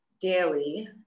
daily